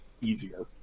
easier